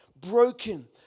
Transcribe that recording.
broken